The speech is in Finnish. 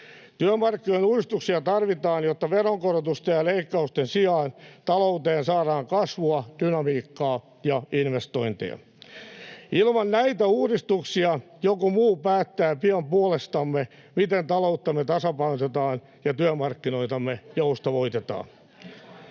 Työmarkkinoiden uudistuksia tarvitaan, jotta veronkorotusten ja leikkausten sijaan talouteen saadaan kasvua, dynamiikkaa ja investointeja. Ilman näitä uudistuksia joku muu päättää pian puolestamme, miten talouttamme tasapainotetaan ja työmarkkinoitamme joustavoitetaan.